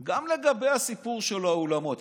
גם לגבי הסיפור של האולמות,